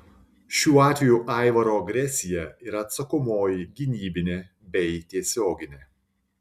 šiuo atveju aivaro agresija yra atsakomoji gynybinė bei tiesioginė